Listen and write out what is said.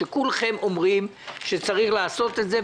שכולכם אומרים שצריך לעשות את זה,